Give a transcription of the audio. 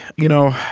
you know,